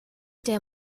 der